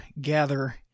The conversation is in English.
gather